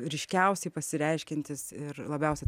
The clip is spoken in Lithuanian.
ryškiausiai pasireiškiantis ir labiausiai